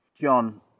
John